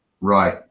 right